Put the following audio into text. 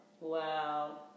Wow